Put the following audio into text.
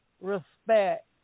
respect